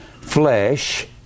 flesh